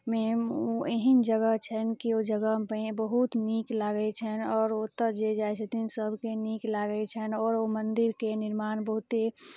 मे ओ एहन जगह छैनि कि ओहि जगहमे बहुत नीक लागै छै आओर ओतऽ जे जाइ छथिन सबके नीक लागै छैनि आओर ओ मन्दिरके निर्माण बहुते